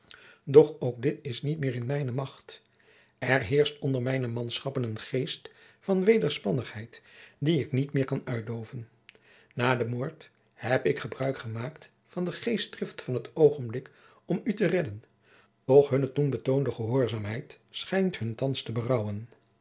doch ook dit is niet meer in mijne macht er heerscht onder mijne manschappen een geest van wederspannigheid dien ik niet meer kan uitdoven na den moord heb ik gebruik gemaakt van den geestdrift van het oogenblik om u te redden doch hunne toen betoonde gehoorzaamheid schijnt hun thands te